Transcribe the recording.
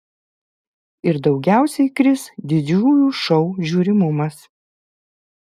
ir daugiausiai kris didžiųjų šou žiūrimumas